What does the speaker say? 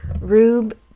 rube